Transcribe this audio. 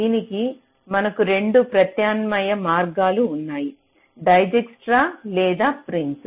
దీనికీ మనకు 2 ప్రత్యామ్నాయ మార్గాలు ఉన్నాయి డైజ్క్స్ట్రా dijkstra's లేదా ప్రిమ్స్